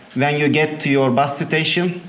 when you get to your bus station,